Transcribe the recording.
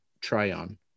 Tryon